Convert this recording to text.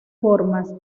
formas